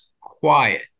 quiet